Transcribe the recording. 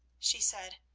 she said,